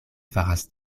faras